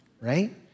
Right